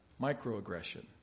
microaggression